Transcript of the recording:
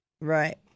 Right